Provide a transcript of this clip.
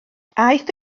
aeth